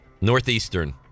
Northeastern